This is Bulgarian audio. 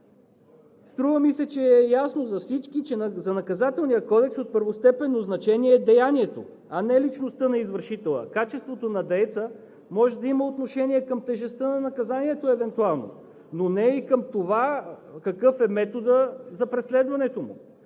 Струва ми се, че е ясно за всички, че за Наказателния кодекс е от първостепенно значение деянието, а не личността на извършителя. Качеството на дееца може да има отношение към тежестта на наказанието евентуално, но не и към това какъв е методът за преследването му.